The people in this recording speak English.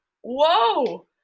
whoa